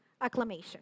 acclamation